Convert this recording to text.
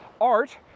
art